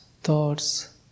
thoughts